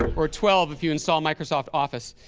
or or twelve if you install microsoft office.